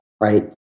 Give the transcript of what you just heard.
right